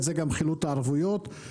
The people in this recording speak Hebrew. ההחלטות יהיו בחודשים הקרובים.